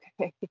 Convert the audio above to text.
Okay